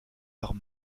leurs